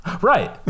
Right